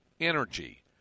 Energy